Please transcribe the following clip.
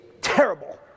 terrible